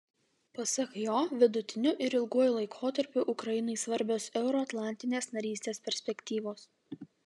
pasak jo vidutiniu ir ilguoju laikotarpiu ukrainai svarbios euroatlantinės narystės perspektyvos